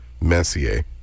Messier